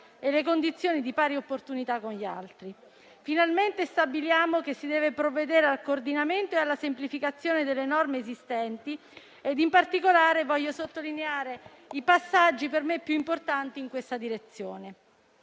e le condizioni di pari opportunità con gli altri. Finalmente stabiliamo che si deve provvedere al coordinamento e alla semplificazione delle norme esistenti. In particolare, voglio sottolineare i passaggi per me più importanti in questa direzione: